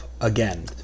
again